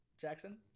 jackson